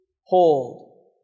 hold